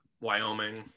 Wyoming